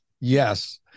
Yes